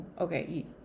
okay